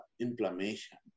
inflammation